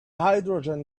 hydrogen